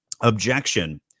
objection